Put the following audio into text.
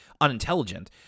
unintelligent